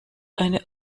eine